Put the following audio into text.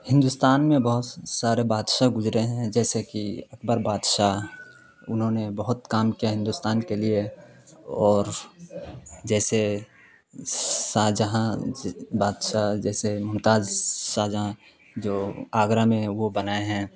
ہندوستان میں بہت سارے بادشاہ گزرے ہیں جیسے کہ اکبر بادشاہ انہوں نے بہت کام کیا ہندوستان کے لیے اور جیسے شاہجہاں بادشاہ جیسے ممتاز شاہجہاں جو آگرہ میں وہ بنائے ہیں